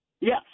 Yes